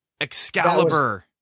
Excalibur